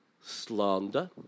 slander